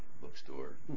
bookstore